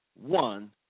One